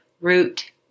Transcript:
root